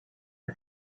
aux